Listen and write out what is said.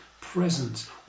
presence